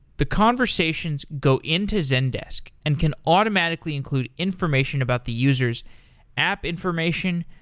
the conversations go into zendesk and can automatically include information about the user app information,